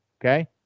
okay